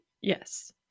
Yes